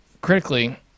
Critically